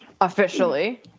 Officially